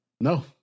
No